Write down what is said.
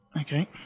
Okay